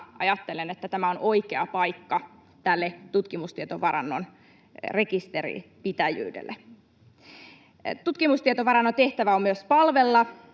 ajattelen, että tämä on oikea paikka tälle tutkimustietovarannon rekisterinpitäjyydelle. Tutkimustietovarannon tehtävä on myös palvella.